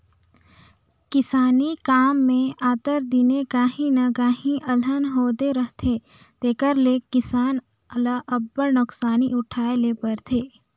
किसानी काम में आंतर दिने काहीं न काहीं अलहन होते रहथे तेकर ले किसान ल अब्बड़ नोसकानी उठाए ले परथे